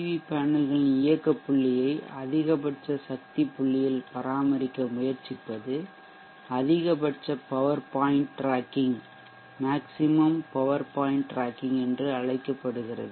we பேனல்களின் இயக்க புள்ளியை அதிகபட்ச சக்தி புள்ளியில் பராமரிக்க முயற்சிப்பது அதிகபட்ச பவர் பாயிண்ட் டிராக்கிங் என்று அழைக்கப்படுகிறது